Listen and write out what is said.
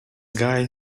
guy